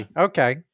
Okay